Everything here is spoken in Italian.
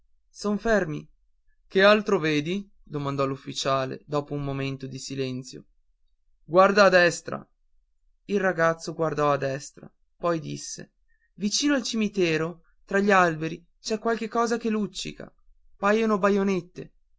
son fermi che altro vedi domandò l'ufficiale dopo un momento di silenzio guarda a destra il ragazzo guardò a destra poi disse vicino al cimitero tra gli alberi c'è qualche cosa che luccica paiono baionette